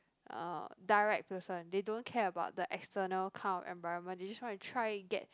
uh direct person they don't care about the external kind of environment they just wanna try get